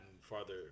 farther